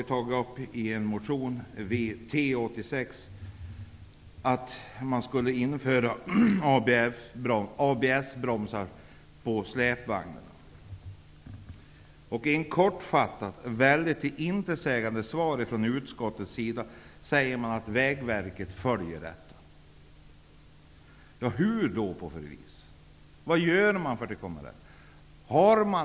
I motion T86 har vi föreslagit att man skall införa krav på ABS bromsar på släpvagnar. Kortfattat, väldigt intetsägande, säger man från utskottets sida att Vägverket skall följa detta. Hur då? Vad gör man för att komma till rätta med problemen?